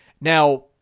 Now